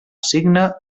signe